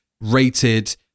rated